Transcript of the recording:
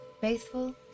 faithful